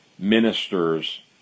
ministers